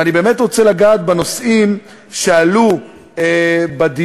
ואני רוצה באמת לגעת בנושאים שעלו בדיון,